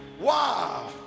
Wow